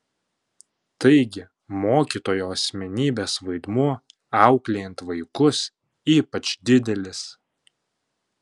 taigi mokytojo asmenybės vaidmuo auklėjant vaikus ypač didelis